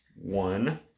one